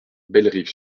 bellerive